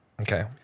Okay